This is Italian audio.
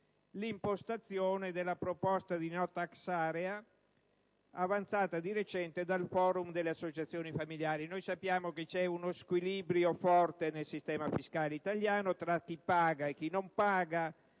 l'impostazione della richiesta di *no tax area* avanzata di recente dal *Forum* delle associazioni familiari. Sappiamo che c'è uno squilibrio forte nel sistema fiscale italiano tra chi paga e chi non paga,